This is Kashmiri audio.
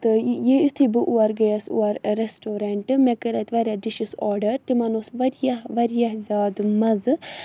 تہٕ یہِ یُتھُے بہٕ اورٕ گٔیَس اور ریٚسٹورَنٛٹ مےٚ کٔر اَتہِ واریاہ ڈِشِز آرڈَر تِمَن اوس واریاہ واریاہ زیادٕ مَزٕ